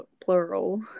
plural